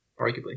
arguably